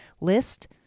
List